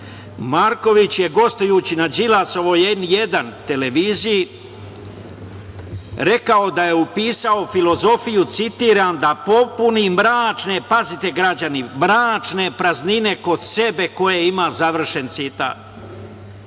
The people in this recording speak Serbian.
pomoći. Marković je gostujući na Đilasovoj „N1“ televiziji rekao da je upisao filozofiju, citiram: „Da popuni mračne, pazite građani, mračne praznine kod sebe koje ima“, završen citat.